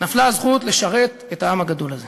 נפלה הזכות לשרת את העם הגדול הזה.